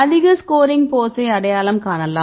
அதிக ஸ்கோரிங் போஸை அடையாளம் காணலாம்